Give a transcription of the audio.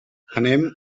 anem